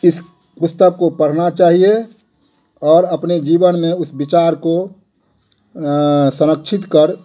इस पुस्तक को पढ़ना चाहिए और अपने जीवन में उस विचार को संरक्षित कर